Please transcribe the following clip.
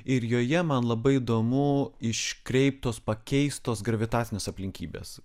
ir joje man labai įdomu iškreiptos pakeistos gravitacinės aplinkybės